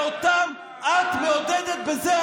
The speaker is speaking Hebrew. לך תראה, מאות אלפים, אנרכיסטים.